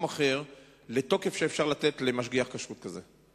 אחר לתוקף שאפשר לתת למשגיח כשרות כזה?